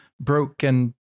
broken